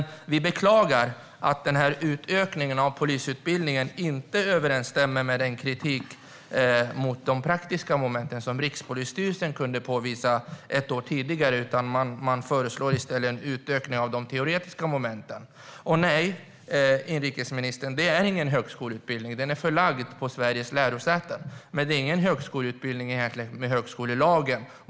Vi beklagar att utökningen av polisutbildningen inte överensstämmer med den kritik mot de praktiska momenten som Rikspolisstyrelsen kunde påvisa ett år tidigare. I stället föreslår man en utökning av de teoretiska momenten. Och nej, inrikesministern - det är ingen högskoleutbildning. Den är förlagd till Sveriges lärosäten, men det är ingen högskoleutbildning enligt högskolelagen.